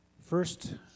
First